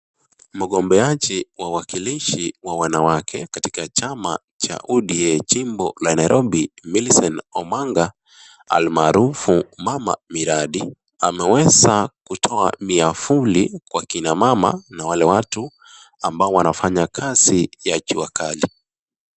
Mgombeaji wa wakilishi wa wanawake katika chama cha ODM jimbo la Nairobi Millicent Omanga almaarufu mama miradi, ameweza kutoa miavuli kwa kina mama na wale watu ambao wanafanya kazi ya jua Kali.